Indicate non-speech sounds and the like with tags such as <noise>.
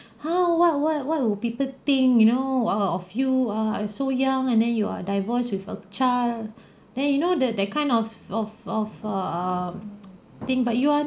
how what what what would people think you know err of you err you so young and then you are divorced with a child then you know that that kind of of of err <noise> thing but you are